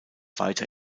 weiter